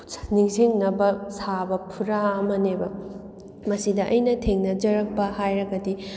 ꯅꯤꯡꯁꯤꯡꯅꯕ ꯁꯥꯕ ꯐꯨꯔꯥ ꯑꯃꯅꯦꯕ ꯃꯁꯤꯗ ꯑꯩꯅ ꯊꯦꯡꯅꯖꯔꯛꯄ ꯍꯥꯏꯔꯒꯗꯤ